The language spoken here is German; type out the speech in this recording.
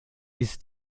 ist